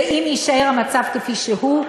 ואם יישאר המצב כפי שהוא,